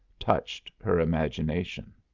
touched her imagination.